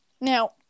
Now